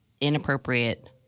inappropriate